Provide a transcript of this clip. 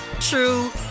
true